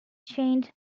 changed